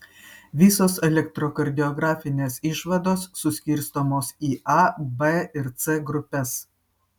visos elektrokardiografinės išvados suskirstomos į a b ir c grupes